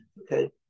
Okay